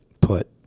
put